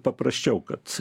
paprasčiau kad